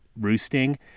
roosting